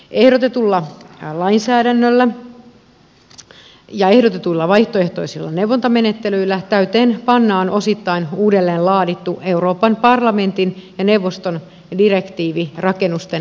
ehdotetulla lainsäädännöllä ja ehdotetuilla vaihtoehtoisilla neuvontamenettelyillä täytäntöön pannaan osittain uudelleen laadittu euroopan parlamentin ja neuvoston direktiivi rakennusten energiatehokkuudesta